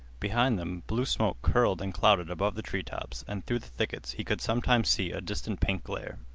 behind them blue smoke curled and clouded above the treetops, and through the thickets he could sometimes see a distant pink glare.